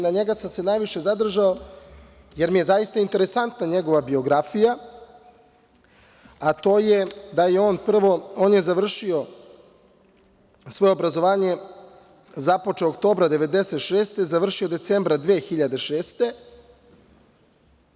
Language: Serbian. Na njemu sam se najviše zadržao, jer mi je zaista interesantna njegova biografija, a to je da je on završio svoje obrazovanje, započeo oktobra 1996. godine, decembra 2006. godine.